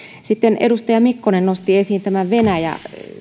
sitten edustaja mikkonen nosti esiin tämän venäjä